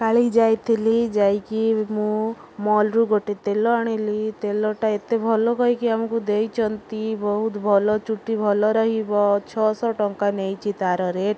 କାଲି ଯାଇଥିଲି ଯାଇକି ମୁଁ ମଲ୍ରୁ ଗୋଟେ ତେଲ ଆଣିଲି ତେଲଟା ଏତେ ଭଲ କହିକି ଆମକୁ ଦେଇଛନ୍ତି ବହୁତ ଭଲ ଚୁଟି ଭଲ ରହିବ ଛଅଶହ ଟଙ୍କା ନେଇଛି ତାର ରେଟ୍